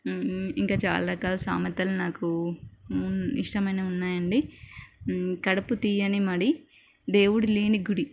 ఇంకా చాలా రకాల సామెతలు నాకు ఇష్టమైనవి ఉన్నాయండి కడుపు తియ్యని మడి దేవుని లేని గుడి